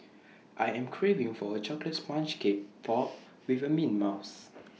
I am craving for A Chocolate Sponge Cake Topped with Mint Mousse